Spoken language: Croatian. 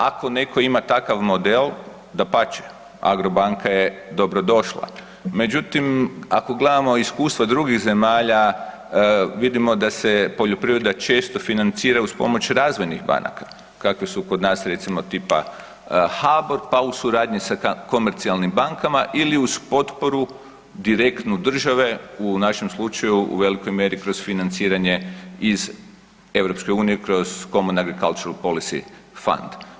Ako netko ima takav model, dapače, Agrobanka je dobrodošla, međutim, ako gledamo iskustvo drugih zemalja, vidimo da se poljoprivreda često financira uz pomoć razvojnih banaka, kakve su kod nas, recimo, tipa HBOR pa u suradnji sa komercijalnim bankama ili uz potporu direktnu države, u našem slučaju, u velikoj mjeri kroz financiranje iz EU kroz .../nerazumljivo/... policy fund.